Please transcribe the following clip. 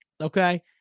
okay